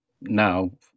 now